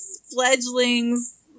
fledglings